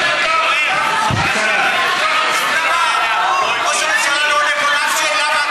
תביא לו סיגר, אולי שמפניה.